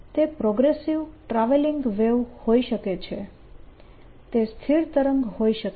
તે progressive travelling wave હોઈ શકે છે તે સ્થિર તરંગ હોઈ શકે છે